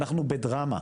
אנחנו בדרמה.